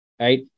Right